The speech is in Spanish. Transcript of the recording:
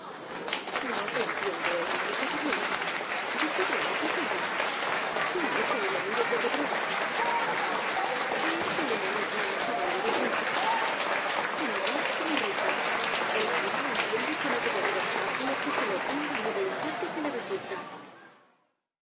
no te entiendo explícate bien de qué bra vatas hablas quién es el enemigo que te pro voca es el enemigo un caballero principal tan audaz como rico el cual entiende que no debe haber obstáculo que se le oponga ni voluntad que se le resista